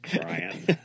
Brian